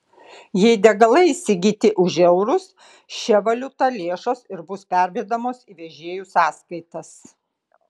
jei degalai įsigyti už eurus šia valiuta lėšos ir bus pervedamos į vežėjų sąskaitas